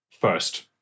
first